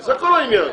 זה כל העניין.